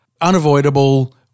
unavoidable